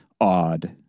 Odd